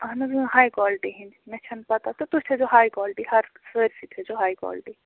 اہن حظ ہَے کالٹی ہِنٛدۍ مےٚ چھَنہٕ پتَہ تہٕ تُہۍ تھٲیزیو ہَے کالٹی ہر سٲرۍسٕے تھٲیزیو ہَے کالٹی